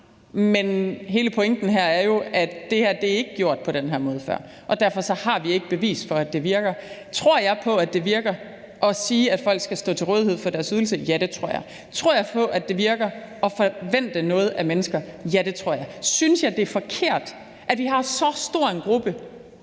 men hele pointen her er jo, at det her ikke er gjort på den her måde før, og at derfor har vi ikke bevis for, at det virker. Tror jeg på, at det virker at sige, at folk skal stå til rådighed for deres ydelse? Ja, det tror jeg. Tror jeg på, at det virker at forvente noget af mennesker? Ja, det tror jeg. Synes jeg, det er forkert, at vi har så stor en gruppe,